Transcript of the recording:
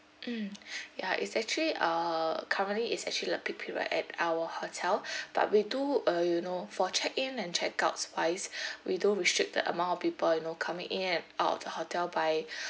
mm ya it's actually uh currently it's actually the peak period at our hotel but we do uh you know for check in and check out wise we don't restrict the amount of people you know coming in and out of the hotel by